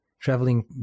traveling